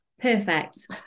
Perfect